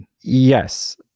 Yes